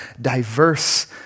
diverse